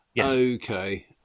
Okay